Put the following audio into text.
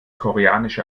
koreanische